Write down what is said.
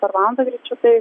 per valandą greičiu tai